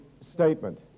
statement